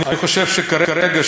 אני חושב שכרגע,